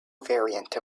variant